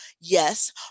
yes